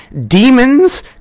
Demons